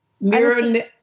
mirror